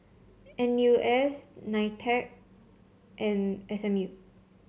N U S Nitec and S M U